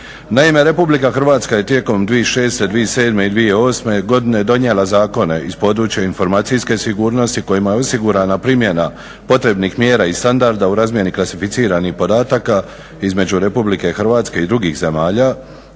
Naime, RH je tijekom 2006., 2007. i 2008.godine donijela zakone iz područja informacijske sigurnosti kojima je osigurana primjena potrebnih mjera i standarda u razmjeni klasificiranih podataka između RH i drugih zemalja